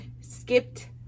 skipped